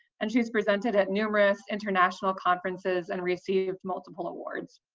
and she's presented at numerous international conferences and received multiple awards.